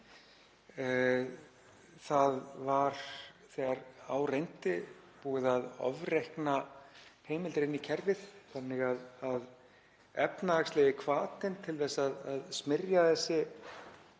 Það var þegar á reyndi búið að ofreikna heimildir inn í kerfið þannig að efnahagslegi hvatinn til að smyrja þessi